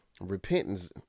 repentance